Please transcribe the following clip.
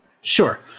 Sure